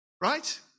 Right